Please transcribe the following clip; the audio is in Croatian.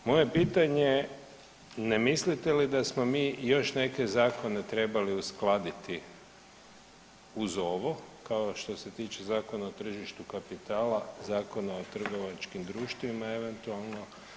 Moje je pitanje, ne mislite li da smo mi još neke zakone trebali uskladiti uz ovo kao što se tiče Zakona o tržištu kapitala, Zakona o trgovačkim društvima eventualno.